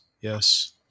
Yes